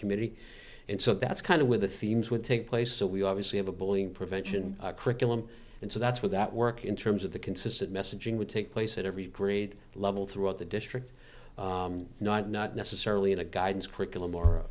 committee and so that's kind of with the themes would take place so we obviously have a bullying prevention curriculum and so that's where that work in terms of the consistent messaging would take place at every grade level throughout the district not not necessarily the guidance curriculum or